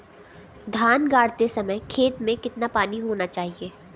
धान गाड़ते समय खेत में कितना पानी होना चाहिए?